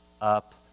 up